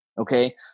Okay